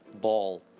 ball